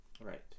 right